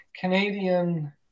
Canadian